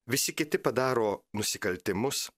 visi kiti padaro nusikaltimus